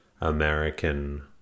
American